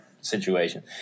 situation